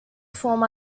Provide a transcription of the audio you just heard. form